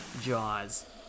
jaws